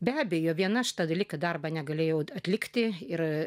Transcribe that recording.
be abejo viena šitą dalyką darbą negalėjau atlikti ir